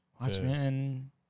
Watchmen